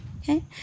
Okay